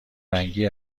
رنگی